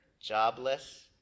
jobless